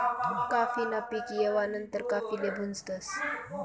काफी न पीक येवा नंतर काफीले भुजतस